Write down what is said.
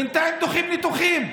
בינתיים דוחים ניתוחים,